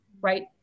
right